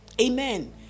Amen